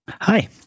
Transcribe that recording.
Hi